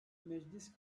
meclis